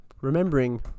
remembering